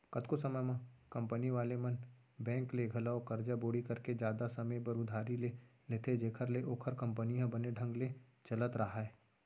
कतको समे म कंपनी वाले मन बेंक ले घलौ करजा बोड़ी करके जादा समे बर उधार ले लेथें जेखर ले ओखर कंपनी ह बने ढंग ले चलत राहय